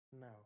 No